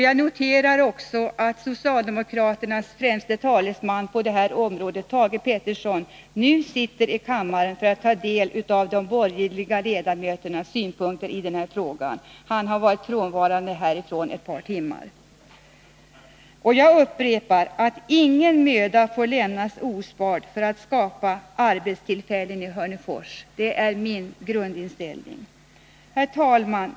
Jag noterar att socialdemokraternas främste talesman på detta område, Thage Peterson, nu sitter i kammaren för att ta del av de borgerliga ledamöternas synpunkter i denna fråga. Han har varit frånvarande i ett par timmar. Jag upprepar att ingen möda får lämnas ospard när det gäller att skapa arbetstillfällen i Hörnefors. Det är min grundinställning. Herr talman!